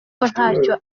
ntacyo